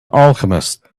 alchemist